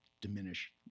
diminish